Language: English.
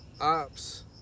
ops